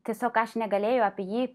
tiesiog aš negalėjau apie jį